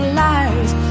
lies